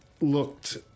looked